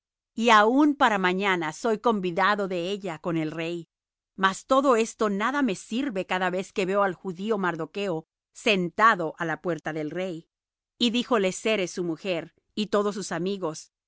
y aun para mañana soy convidado de ella con el rey mas todo esto nada me sirve cada vez que veo al judío mardocho sentado á la puerta del rey y díjole zeres su mujer y todos sus amigos